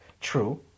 True